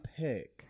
pick